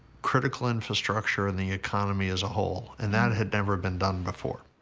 critical infrastructure, and the economy as a whole. and that had never been done before.